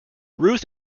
ruth